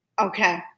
Okay